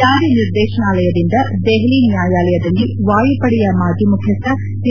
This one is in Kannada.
ಜಾರಿ ನಿರ್ದೇತನಾಲಯದಿಂದ ದೆಹಲಿ ನ್ಯಾಯಾಲಯದಲ್ಲಿ ವಾಯುಪಡೆಯ ಮಾಜಿ ಮುಖ್ಯಸ್ಥ ಎಸ್